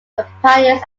companies